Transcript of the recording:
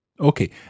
Okay